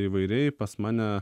įvairiai pas mane